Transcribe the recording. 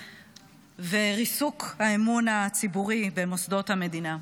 וריסוק האמון הציבורי במוסדות המדינה.